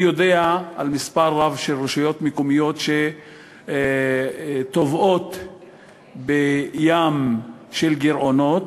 אני יודע על מספר רב של רשויות מקומיות שטובעות בים של גירעונות,